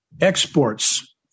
Exports